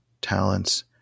talents